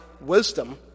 wisdom